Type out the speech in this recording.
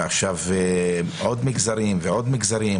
ועכשיו עוד מגזרים ועוד מגזרים,